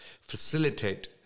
Facilitate